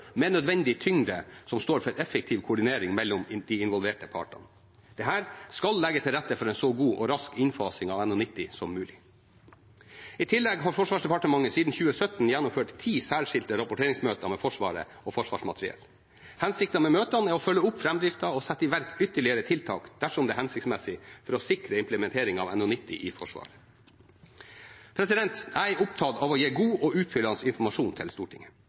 med nødvendig tyngde som står for effektiv koordinering mellom de involverte partene. Dette skal legge til rette for en så god og rask innfasing av NH90 som mulig. I tillegg har Forsvarsdepartementet siden 2017 gjennomført ti særskilte rapporteringsmøter med Forsvaret og Forsvarsmateriell. Hensikten med møtene er å følge opp framdriften og sette i verk ytterligere tiltak, dersom det er hensiktsmessig, for å sikre implementeringen av NH90 i Forsvaret. Jeg er opptatt av å gi god og utfyllende informasjon til Stortinget.